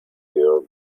girl